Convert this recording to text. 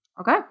Okay